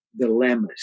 dilemmas